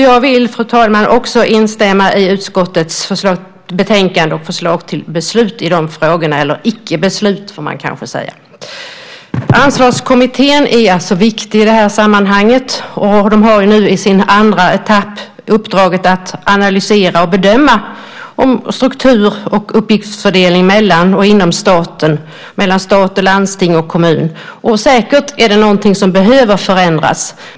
Jag vill, fru talman, också instämma i utskottets betänkande och förslag till beslut i de frågorna - eller icke-beslut, kanske man ska säga. Ansvarskommittén är alltså viktig i det här sammanhanget. Den har i sin andra etapp uppdraget att analysera och bedöma struktur och uppgiftsfördelning inom staten och mellan stat, landsting och kommun. Säkert är det något som behöver förändras.